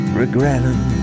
regretting